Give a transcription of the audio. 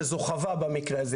וזו חווה במקרה הזה.